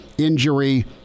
Injury